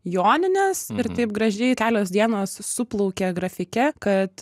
jonines ir taip gražiai kelios dienos suplaukė grafike kad